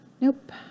Nope